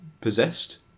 possessed